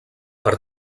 per